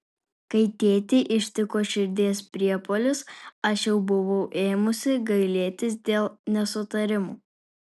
kai tėtį ištiko širdies priepuolis aš jau buvau ėmusi gailėtis dėl nesutarimų